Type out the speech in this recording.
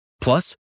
Plus